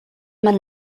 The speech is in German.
man